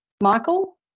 Michael